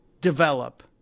develop